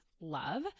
love